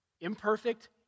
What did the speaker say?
imperfect